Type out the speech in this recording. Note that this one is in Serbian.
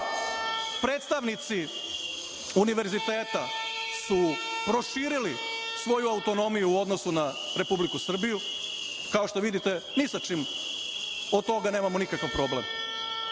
predstavnici univerziteta su proširili svoju autonomiju u odnosu na Republiku Srbiju kao što vidite ni sa čim nemamo nikakav problem.